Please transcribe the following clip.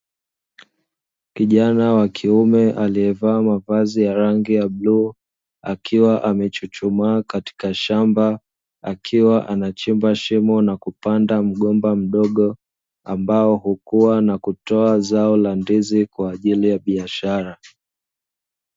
Kijana wa kiume aliyevaa mavazi ya bluu, akiwa amechuchumaa katika shamba, akiwa anachimba shimo na kupanda mgomba mdogo, ambao hukua na kutoa zao la ndizi kwa ajili ya biashara.